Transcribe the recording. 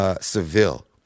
Seville